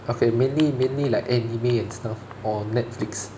okay mainly mainly like anime and stuff or netflix